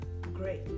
great